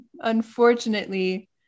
unfortunately